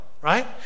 right